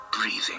breathing